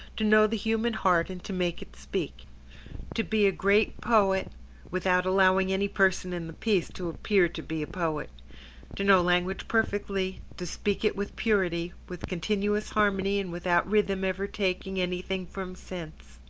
to know the human heart and to make it speak to be a great poet without allowing any person in the piece to appear to be a poet to know language perfectly to speak it with purity, with continuous harmony and without rhythm ever taking anything from sense.